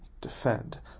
defend